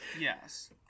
Yes